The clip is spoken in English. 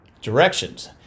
directions